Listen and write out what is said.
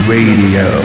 Radio